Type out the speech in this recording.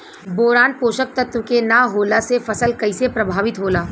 Boron पोषक तत्व के न होला से फसल कइसे प्रभावित होला?